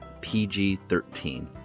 PG-13